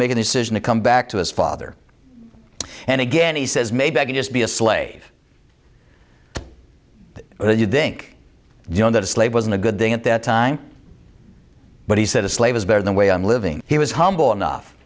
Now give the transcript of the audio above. the decision to come back to his father and again he says maybe i can just be a slave or you think you know that a slave wasn't a good thing at that time but he said a slave is better the way i'm living he was humble enough